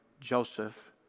Joseph